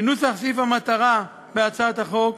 מנוסח סעיף המטרה בהצעת החוק,